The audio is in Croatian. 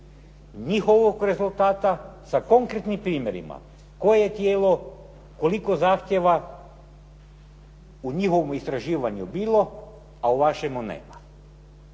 njihovog rezultata sa konkretnim primjerima koje tijelo, koliko zahtjeva u njihovom istraživanju bilo, a u vašemu nema.